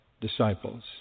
disciples